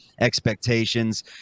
expectations